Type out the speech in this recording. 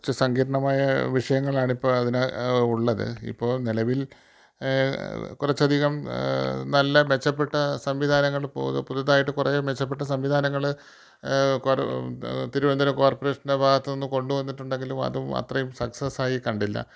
കുറച്ച് സങ്കീർണമായ വിഷയങ്ങളാണ് ഇപ്പം അതിന് ഉള്ളത് ഇപ്പോൾ നിലവിൽ കുറച്ചധികം നല്ല മെച്ചപ്പെട്ട സംവിധാനങ്ങളും പുതുതായിട്ട് കുറേ മെച്ചപ്പെട്ട സംവിധാനങ്ങൾ തിരുവനന്തപുരം കോർപ്പറേഷൻ്റെ ഭാഗത്തുനിന്ന് കൊണ്ടു വന്നിട്ടുണ്ടെങ്കിലും അത് അത്രയും സക്സസ് ആയി കണ്ടില്ല